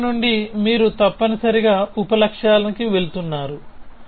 లక్ష్యాల నుండి మీరు తప్పనిసరిగా ఉప లక్ష్యాలకు వెళుతున్నారు